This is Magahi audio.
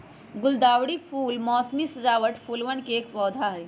गुलदावरी फूल मोसमी सजावट फूलवन के एक पौधा हई